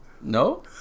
No